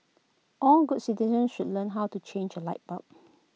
all good citizens should learn how to change A light bulb